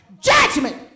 Judgment